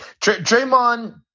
Draymond